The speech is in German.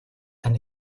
ein